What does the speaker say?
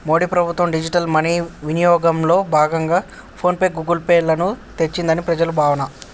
మోడీ ప్రభుత్వం digital money వినియోగంలో భాగంగా ఫోన్ పే, గూగుల్ పే లను తెచ్చిందని ప్రజల భావన